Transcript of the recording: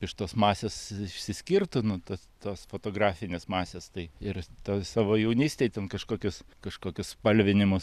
iš tos masės išsiskirtų nu ta tos fotografinės masės tai ir toj savo jaunystėj ten kažkokius kažkokius spalvinimus